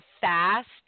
fast